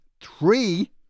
three